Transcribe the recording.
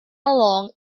along